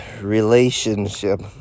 relationship